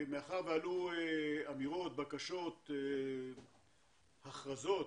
מאחר ועלו אמירות, בקשות, הכרזות,